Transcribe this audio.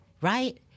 Right